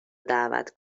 دعوت